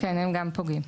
כן, גם הן פוגעות.